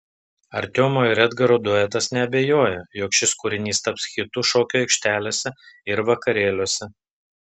artiomo ir edgaro duetas neabejoja jog šis kūrinys taps hitu šokių aikštelėse ir vakarėliuose